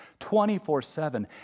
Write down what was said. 24-7